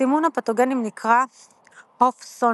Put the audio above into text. סימון הפתוגנים נקרא אופסוניזציה